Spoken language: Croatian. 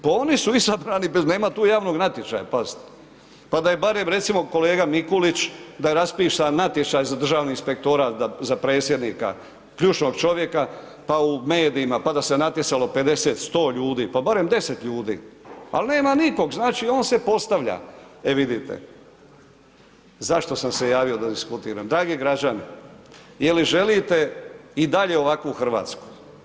Pa oni su izabrani bez, nema tu javnog natječaja pazite, pa da je barem recimo kolega Mikulić, da je raspisan natječaj za Državni inspektorat za predsjednika, ključnog čovjeka, pa u medijima, pa da se natjecalo pedeset, sto ljudi, pa barem deset ljudi, al' nema nikog, znači on se postavlja, e vidite zašto sam se javio da diskutiram, dragi građani je li želite i dalje ovakvu Hrvatsku?